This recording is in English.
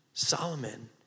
Solomon